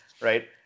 right